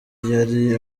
yari